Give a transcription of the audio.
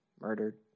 murdered